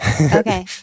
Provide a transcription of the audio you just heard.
Okay